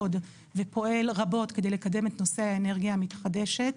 ופועל רבות כדי לקדם את נושא האנרגיה המתחדשת.